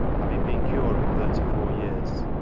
having been curate thirty-four years.